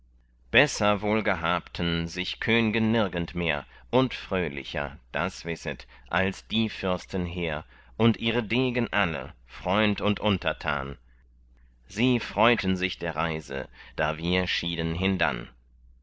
besser wohl gehabten sich könge nirgend mehr und fröhlicher das wisset als die fürsten hehr und ihre degen alle freund und untertan sie freuten sich der reise da wir schieden hindann